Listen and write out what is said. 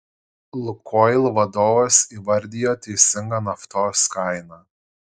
lukoil vadovas įvardijo teisingą naftos kainą